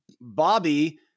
Bobby